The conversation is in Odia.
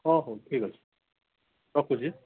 ହଉ ହଉ ଠିକ୍ ଅଛି ରଖୁଛି